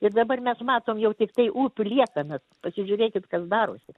ir dabar mes matom jau tiktai upių liekanas pasižiūrėkit kas darosi